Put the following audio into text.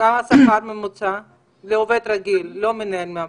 כמה השכר הממוצע, לעובד רגיל, לא מנהל מעבדה?